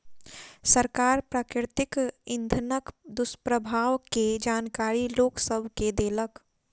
सरकार प्राकृतिक इंधनक दुष्प्रभाव के जानकारी लोक सभ के देलक